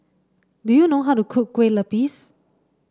do you know how to cook Kue Lupis